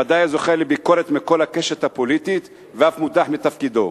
ודאי היה זוכה לביקורת מכל הקשת הפוליטית ואף מודח מתפקידו.